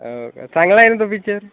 हो का चांगला आहे न तो पिच्चर